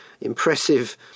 impressive